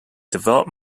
developed